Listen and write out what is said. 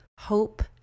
hope